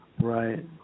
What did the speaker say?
Right